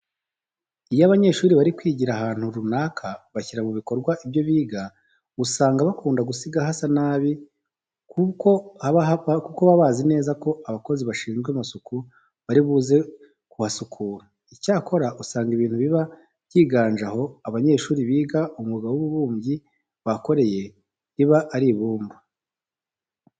Iyo abanyeshuri bari kwigira ahantu runaka bashyira mu bikorwa ibyo biga usanga bakunda gusiga hasa nabi kuko baba bazi neza ko abakozi bashinzwe amasuku bari buze kuhasukura. Icyakora usanga ibintu biba byiganje aho abanyeshuri biga umwuga w'ububumbyi bakoreye riba ari ibumba.